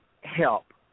Help